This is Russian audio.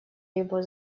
его